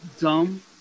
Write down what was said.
dumb